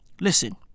listen